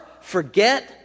forget